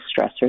stressors